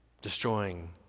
destroying